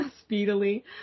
speedily